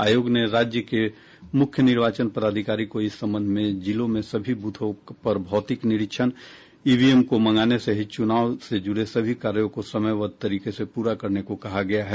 आयोग ने राज्य के मुख्य निर्वाचन पदाधिकारी को इस संबंध में जिलों में सभी बूथों पर भौतिक निरीक्षण ईवीएम को मंगाने सहित चुनाव से जुड़े सभी कार्यों को समयबद्ध तरीके से पूरा करने को कहा है